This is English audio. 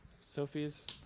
Sophie's